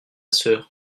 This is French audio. sœur